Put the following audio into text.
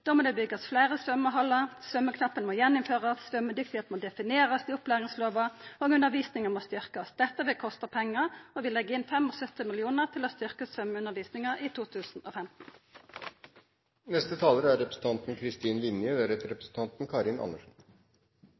Då må det byggjast fleire svømmehallar, svømmeknappen må innførast att, symjedyktigheit må definerast i opplæringslova og undervisninga må styrkjast. Dette vil kosta pengar, og vi legg inn 75 mill. kr til å styrkja svømmeundervisninga i 2015. Noe av det som prioriteres i budsjettet, er